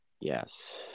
Yes